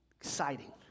Exciting